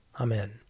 Amen